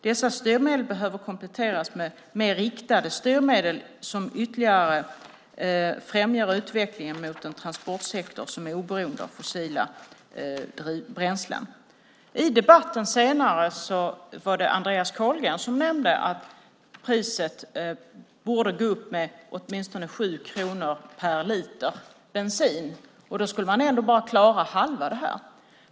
Dessa styrmedel behöver kompletteras med mer riktade styrmedel som ytterligare främjar utvecklingen mot en transportsektor som är oberoende av fossila bränslen. I debatten senare var det Andreas Carlgren som nämnde att priset på bensin borde gå upp med åtminstone 7 kronor per liter. Och då skulle man ändå bara klara hälften av det här.